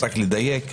רק לדייק.